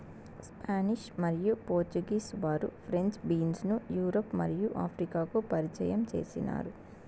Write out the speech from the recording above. Spanish మరియు Portuguese వారు French beans ను యూరప్ మరియు ఆఫ్రికాకు పరిచయం చేసినారు